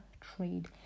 trade